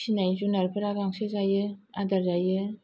फिनाय जुनारफोरा गांसो जायो आदार जायो